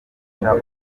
rica